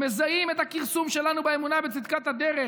הם מזהים את הכרסום שלנו באמונה בצדקת הדרך,